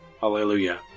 Hallelujah